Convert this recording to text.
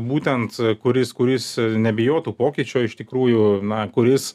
būtent kuris kuris nebijotų pokyčio iš tikrųjų na kuris